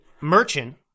Merchant